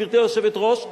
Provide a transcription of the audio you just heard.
גברתי היושבת-ראש,